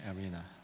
arena